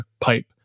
pipe